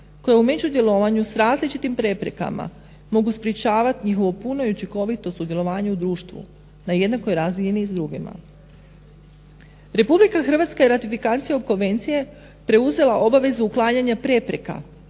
koje u međudjelovanju s različitim preprekama mogu sprječavati puno i učinkovito sudjelovanje u društvu na jednakoj razini i s drugima. RH je ratifikacijom Konvencije preuzela obavezu uklanjanja prepreka